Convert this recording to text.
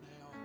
now